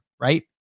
right